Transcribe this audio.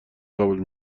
قبول